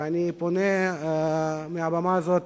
ואני פונה מהבמה הזאת